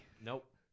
Nope